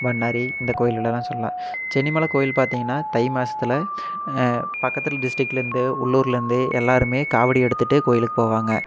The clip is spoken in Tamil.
பண்ணாரி இந்தக் கோயில்களைலாம் சொல்லலாம் சென்னிமலை கோயில் பார்த்திங்கனா தை மாதத்துல பக்கத்து டிஸ்ட்டிக்கில் இருந்து உள்ளூரில் இருந்து எல்லாருமே காவடி எடுத்துகிட்டு கோயிலுக்கு போவாங்க